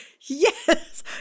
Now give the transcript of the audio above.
Yes